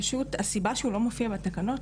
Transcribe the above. הסיבה שהוא לא מופיע בתקנות,